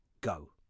Go